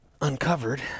Uncovered